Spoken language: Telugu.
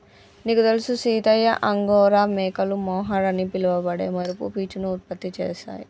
నీకు తెలుసు సీతయ్య అంగోరా మేకలు మొహర్ అని పిలవబడే మెరుపు పీచును ఉత్పత్తి చేస్తాయి